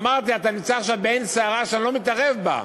אמרתי: אתה נמצא עכשיו בעין סערה שאני לא מתערב בה,